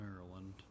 Maryland